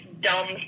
dumb